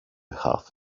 half